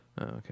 okay